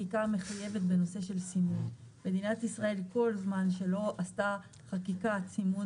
כל זמן שמדינת ישראל לא עשתה חקיקת סימון